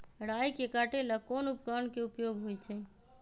राई के काटे ला कोंन उपकरण के उपयोग होइ छई?